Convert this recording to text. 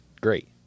great